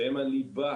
שהן הליבה